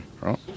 right